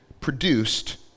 produced